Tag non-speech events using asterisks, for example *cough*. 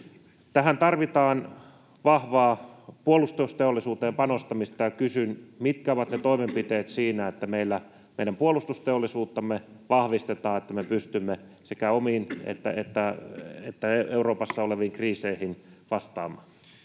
Tähän tarvitaan vahvaa puolustusteollisuuteen panostamista, ja kysyn: mitkä ovat ne toimenpiteet, että meidän puolustusteollisuuttamme vahvistetaan, niin että me pystymme sekä omiin että Euroopassa oleviin *noise*